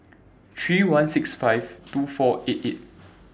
three one six five two four eight eight